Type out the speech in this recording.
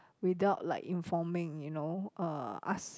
without like informing you know uh ask